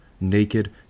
Naked